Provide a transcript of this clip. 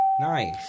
Nice